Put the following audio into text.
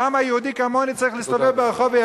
למה יהודי כמוני צריך להסתובב ברחוב, תודה, אדוני.